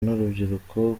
n’urubyiruko